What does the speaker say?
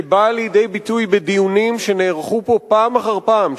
שבאה לידי ביטוי בדיונים שנערכו פה פעם אחר פעם,